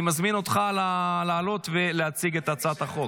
אני מזמין אותך לעלות ולהציג את הצעת החוק.